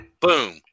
Boom